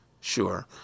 Sure